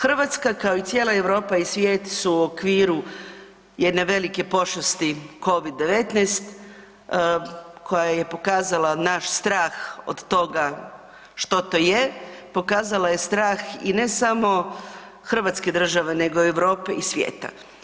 Hrvatska, kao i cijela Europa i svijet su u okviru jedne velike pošasti Covid-19 koja je pokazala naš strah od toga što to je, pokazala je strah i ne samo hrvatske države, nego i Europe i svijeta.